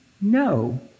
no